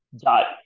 dot